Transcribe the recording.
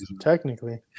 technically